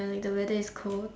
when like the weather is cold